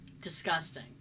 Disgusting